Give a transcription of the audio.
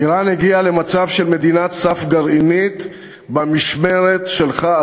איראן הגיעה למצב של מדינת סף גרעינית במשמרת שלך,